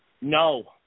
No